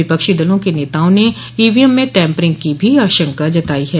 विपक्षी दलों के नेताओं ने ईवीएम में टैंपरिंग की भी आशंका जताई है